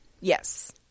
Yes